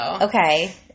Okay